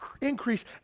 increase